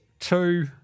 Two